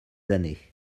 années